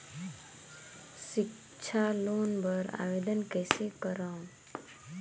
सिक्छा लोन बर आवेदन कइसे करव?